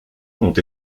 ont